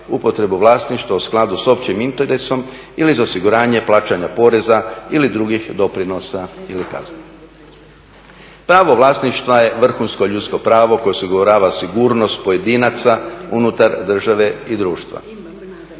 upotrebu vlasništva u skladu s općim interesom ili za osiguranje plaćanja poreza ili drugih doprinosa ili kazni. Pravo vlasništva je vrhunsko ljudsko pravo koje osigurava sigurnost pojedinaca unutar države i društva.